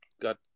got